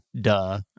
Duh